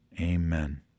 amen